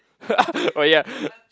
oh ya